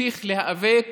נמשיך להיאבק